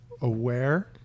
aware